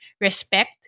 respect